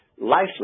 life